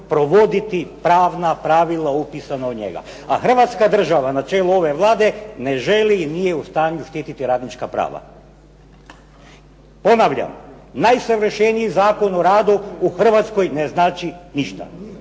provoditi pravna pravila upisana u njega. A Hrvatska država na čelu ove Vlade ne želi i nije u stanju štititi radnička prava. Ponavljam, najsavršeniji Zakon o radu ne znači ništa